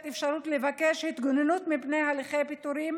אפשרות לבקש התגוננות מפני הליכי פיטורים